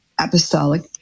apostolic